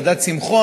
של ועדת שמחון,